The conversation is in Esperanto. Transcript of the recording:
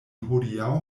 hodiaŭ